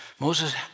Moses